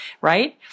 right